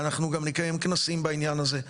ואנחנו גם נקיים כנסים בעניין הזה.